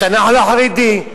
את הנח"ל החרדי.